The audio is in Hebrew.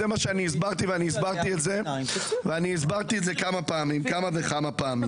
זה מה שהסברתי כמה וכמה פעמים.